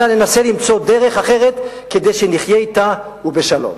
ננסה למצוא דרך אחרת כדי שנחיה אתה, ובשלום.